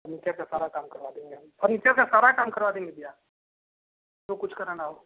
furniture का सारा काम करवा देंगे हम फर्नीचर का सारा काम करवा देंगे भैया जो कुछ कराना होगा